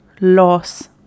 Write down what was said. loss